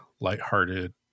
lighthearted